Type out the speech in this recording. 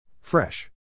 Fresh